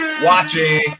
watching